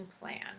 plan